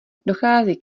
dochází